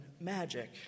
magic